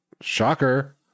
Shocker